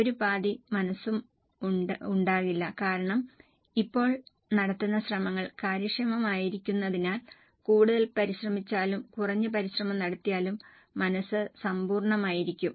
ഒരു പാതി മനസ്സും ഉണ്ടാകില്ല കാരണം ഇപ്പോൾ നടത്തുന്ന ശ്രമങ്ങൾ കാര്യക്ഷമമായിരിക്കുന്നതിനാൽ കൂടുതൽ പരിശ്രമിച്ചാലും കുറഞ്ഞ പരിശ്രമം നടത്തിയാലും മനസ് സമ്പൂർണ്ണമായിരിക്കും